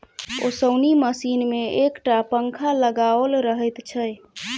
ओसौनी मशीन मे एक टा पंखा लगाओल रहैत छै